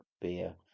Beer